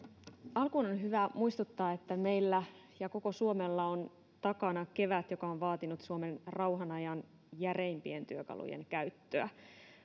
alkuun on hyvä muistuttaa että meillä ja koko suomella on takana kevät joka on vaatinut suomen rauhanajan järeimpien työkalujen käyttöä